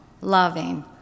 loving